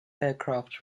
aircraft